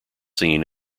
seen